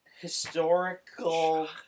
historical